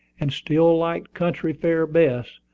and still liked country fare best,